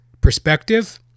perspective